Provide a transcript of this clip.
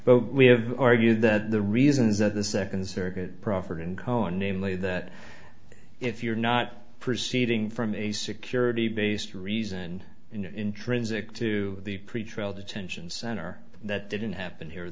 vote we have argued that the reasons that the second circuit proffered in koan namely that if you're not proceeding from a security based reason intrinsic to the pretrial detention center that didn't happen here